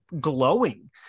glowing